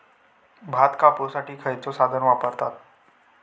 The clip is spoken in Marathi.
भात कापुसाठी खैयचो साधन वापरतत?